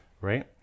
Right